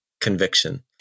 conviction